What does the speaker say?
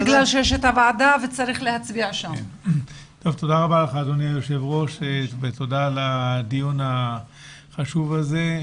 תודה רבה לך אדוני היושב ראש ותודה על הדיון החשוב הזה.